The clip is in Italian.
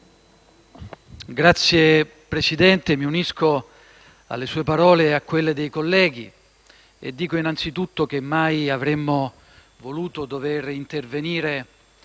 Signor Presidente, mi unisco alle sue parole e a quelle dei colleghi e dico innanzitutto che mai avremmo voluto dover intervenire